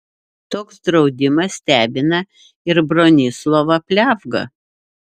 toks draudimas stebina ir bronislovą pliavgą